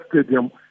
stadium